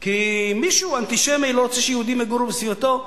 כי מישהו אנטישמי לא רוצה שיהודים יגורו בסביבתו.